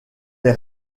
les